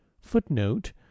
Footnote